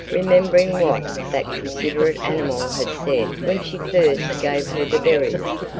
remembering what that considerate animal had said when she first gave her the berries,